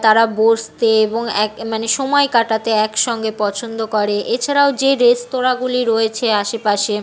তারা বসতে এবং এক মানে সময় কাটাতে একসঙ্গে পছন্দ করে এ ছাড়াও যে রেস্তরাঁগুলি রয়েছে আশেপাশে